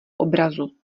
obrazu